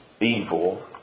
evil